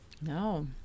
No